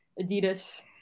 Adidas